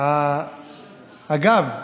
אגב,